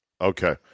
Okay